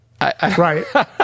Right